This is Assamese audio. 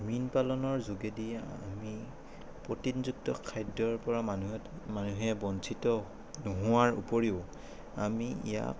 মীন পালনৰ যোগেদি আমি প্ৰটিনযুক্ত খাদ্যৰ পৰা মানুহত মানুহে বঞ্চিত নোহোৱাৰ উপৰিও আমি ইয়াক